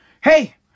hey